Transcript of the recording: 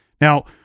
Now